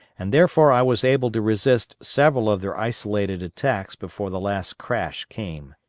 and therefore i was able to resist several of their isolated attacks before the last crash came.